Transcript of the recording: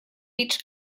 each